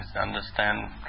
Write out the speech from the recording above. understand